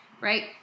right